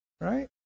right